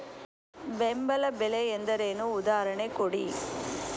ಬೆಂಬಲ ಬೆಲೆ ಎಂದರೇನು, ಉದಾಹರಣೆ ಕೊಡಿ?